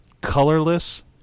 colorless